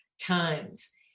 times